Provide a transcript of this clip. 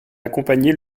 accompagner